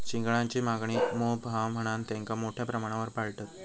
चिंगळांची मागणी मोप हा म्हणान तेंका मोठ्या प्रमाणावर पाळतत